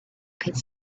could